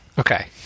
Okay